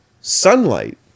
Sunlight